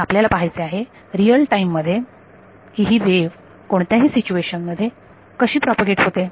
तर आपल्याला पाहायचे आहे रिअल टाइम मध्ये की ही वेव्ह कोणत्याही सिच्युएशन मध्ये कशी प्रॉपगेट होते